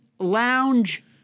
lounge